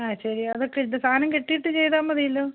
ആ ശരി അതൊക്കെയിട്ട് സാധനം കിട്ടിയിട്ട് ചെയ്താൽ മതിയല്ലോ